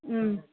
ம்